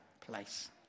place